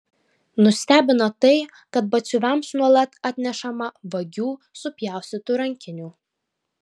nustebino tai kad batsiuviams nuolat atnešama vagių supjaustytų rankinių